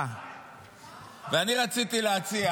ואני רציתי להציע